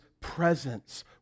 presence